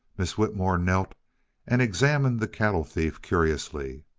miss whitmore knelt and examined the cattle thief curiously.